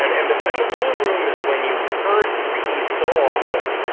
and and the and the blue room is when you've heard the piece so often,